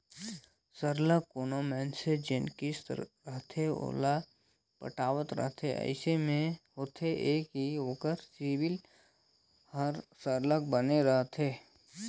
सरलग कोनो मइनसे जेन किस्त रहथे ओला पटावत रहथे अइसे में होथे ए कि ओकर सिविल हर सरलग बने रहथे